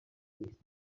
least